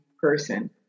person